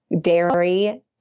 dairy